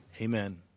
Amen